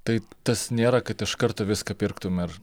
tai tas nėra kad iš karto viską pirktum ir